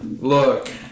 look